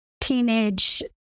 teenage